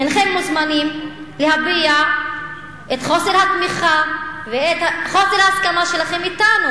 הינכם מוזמנים להביע את חוסר התמיכה ואת חוסר ההסכמה שלכם אתנו,